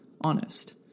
honest